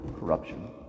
corruption